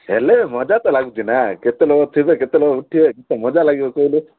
ହେଲେ ମଜା ତ ଲାଗୁଛି ନା କେତେ ଲୋକ ଥିବେ କେତେ ଲୋକ ଉଠିବେ କେତେ ମଜା ଲାଗିବ କହିଲୁ